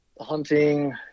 hunting